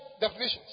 definitions